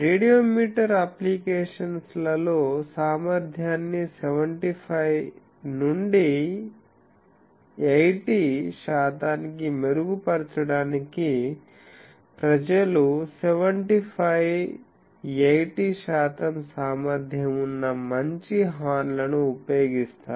radiometer applications లలో సామర్థ్యాన్ని 75 నుండి 80 శాతానికి మెరుగుపరచడానికి ప్రజలు 75 80 శాతం సామర్థ్యం ఉన్న మంచి హార్న్ లను ఉపయోగిస్తారు